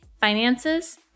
finances